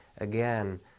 Again